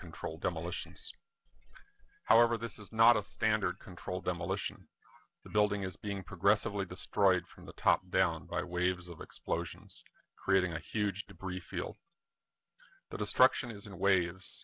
controlled demolitions however this is not a standard controlled demolition the building is being progressive really destroyed from the top down by waves of explosions creating a huge debris field the destruction is in a way i